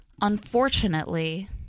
unfortunately